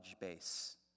base